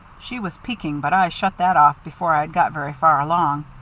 she was peeking, but i shut that off before i'd got very far along.